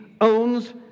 owns